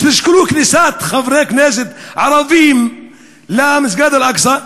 כניסת חברי כנסת ערבים למסגד אל-אקצא,